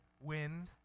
wind